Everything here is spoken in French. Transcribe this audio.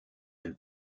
elles